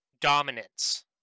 dominance